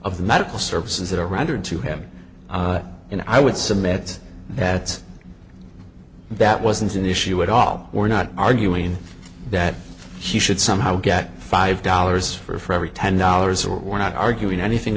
of the medical services that are rendered to him and i would submit that's that wasn't an issue at all we're not arguing that he should somehow get five dollars for every ten dollars or we're not arguing anything